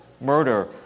murder